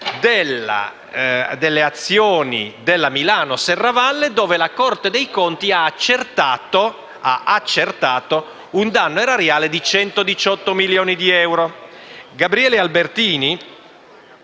alle azioni della Milano - Serravalle, dove la Corte dei conti ha accertato un danno erariale di 118 milioni di euro. Gabriele Albertini,